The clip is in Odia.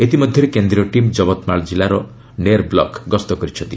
ଇତିମଧ୍ୟରେ କେନ୍ଦ୍ରୀୟ ଟିମ୍ ଜବତମାଳା କିଲ୍ଲାର ନେର୍ ବ୍ଲକ ଗସ୍ତ କରିଛନ୍ତି